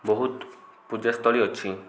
ବହୁତ ପୂଜାସ୍ଥଳୀ ଅଛି